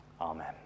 Amen